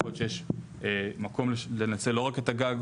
יכול להיות שיש מקום לנצל לא רק את הגג,